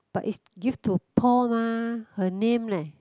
but is give to Paul mah her name leh